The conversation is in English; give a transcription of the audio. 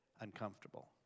uncomfortable